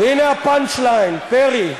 והנה ה-punch line, פרי,